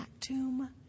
tomb